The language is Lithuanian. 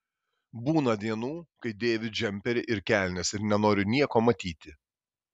būna dienų kai dėviu džemperį ir kelnes ir nenoriu nieko matyti